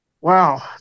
wow